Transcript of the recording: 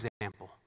example